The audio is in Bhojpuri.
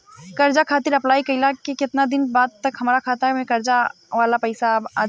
कर्जा खातिर अप्लाई कईला के केतना दिन बाद तक हमरा खाता मे कर्जा वाला पैसा आ जायी?